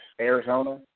Arizona